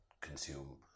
consume